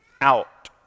out